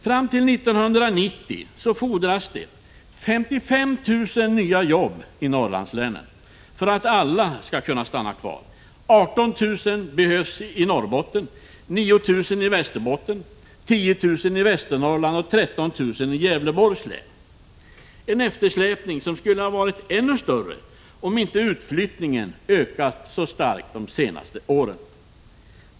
Fram till 1990 fordras det 55 000 nya jobb i Norrlandslänen för att alla skall kunna stanna kvar: 18 000 i Norrbotten, 9 000 i Västerbotten, 10 000 i Västernorrlands län och 13 000 i Gävleborgs län. Denna eftersläpning skulle ha varit ännu större om inte utflyttningen ökat de senaste tre åren.